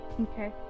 Okay